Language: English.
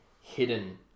hidden